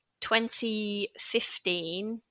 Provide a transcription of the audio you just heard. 2015